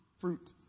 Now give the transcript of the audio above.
fruit